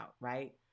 right